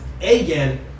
again